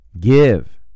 Give